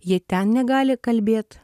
jie ten negali kalbėt